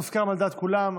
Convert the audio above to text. מוסכם על דעת כולם,